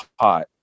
hot